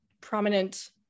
prominent